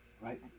right